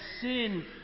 sin